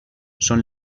són